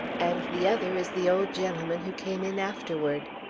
and the other is the old gentleman who came in afterward.